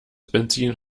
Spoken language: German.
benzin